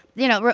you know,